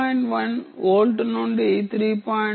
1 volt నుండి 3